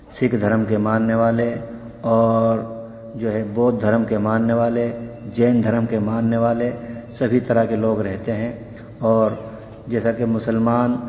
سکھ دھرم کے ماننے والے اور جو ہے بودھ دھرم کے ماننے والے جین دھرم کے ماننے والے سبھی طرح کے لوگ رہتے ہیں اور جیسا کہ مسلمان